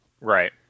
right